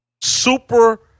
super